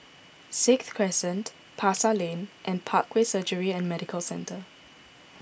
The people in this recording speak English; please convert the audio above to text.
Sixth Crescent Pasar Lane and Parkway Surgery and Medical Centre